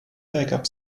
backup